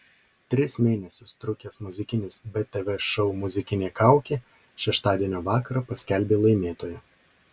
tris mėnesius trukęs muzikinis btv šou muzikinė kaukė šeštadienio vakarą paskelbė laimėtoją